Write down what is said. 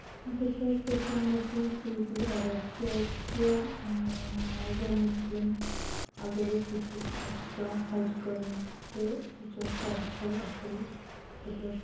بہٕ چھَس یَژھان گَژھُن سعوٗدی عرب کیازکہِ ایز اےٚ مُسلِم اگر أسۍ وٕچھو کہِ اَسہِ چھُ پٮ۪وان حج کَرُن تہٕ سُہ چھُ اَسہِ ساروی کھۄتہٕ اَصٕل مطلب